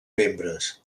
membres